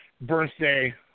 birthday